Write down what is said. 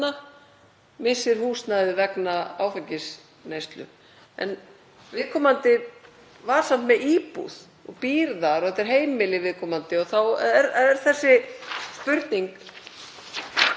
missti húsnæðið vegna áfengisneyslu. Viðkomandi var samt með íbúð og bjó þar og þetta er heimili viðkomandi og þá er spurningin: